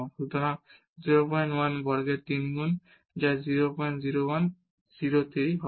সুতরাং এটি 01 বর্গের 3 গুণ যা 001 03 হবে